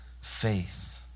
faith